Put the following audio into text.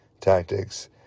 tactics